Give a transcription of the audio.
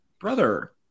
brother